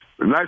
Nice